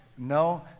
No